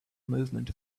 movement